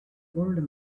old